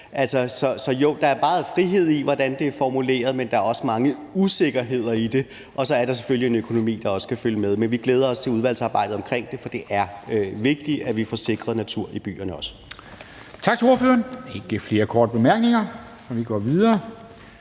Så jo, der er meget frihed i det, som det er formuleret, men der er også mange usikkerheder i det, og så er der selvfølgelig en økonomi, der også skal følge med. Men vi glæder os til udvalgsarbejdet omkring det, for det er vigtigt, at vi får sikret natur i byerne også.